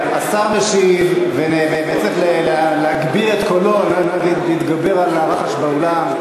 השר משיב וצריך להגביר את קולו על מנת להתגבר על הרחש באולם.